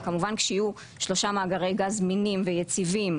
וכמובן כשיהיו שלושה מאגרי גז זמינים ויציבים,